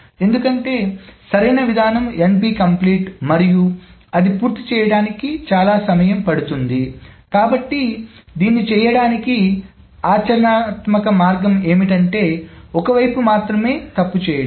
ఎందుకంటే సరైన విధానం NP కంప్లీట్ మరియు అది పూర్తి చేయడానికి చాలా సమయం పడుతుంది కాబట్టి దీన్ని చేయటానికి ఆచరణాత్మక మార్గం ఏమిటంటే ఒక వైపు మాత్రమే తప్పు చేయడం